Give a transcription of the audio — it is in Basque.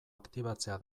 aktibatzea